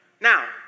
Now